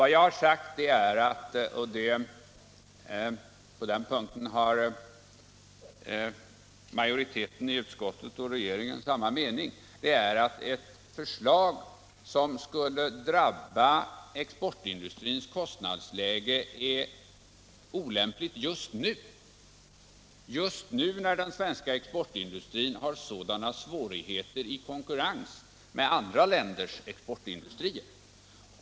Vad jag sagt är — och på den punkten har utskottsmajoriteten och regeringen samma mening — att ett förslag som skulle drabba exportindustrins kostnadsläge är olämpligt just nu när den svenska exportindustrin har sådana svårigheter i konkurrens med andra länders exportindustri.